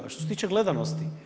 A što se tiče gledanosti.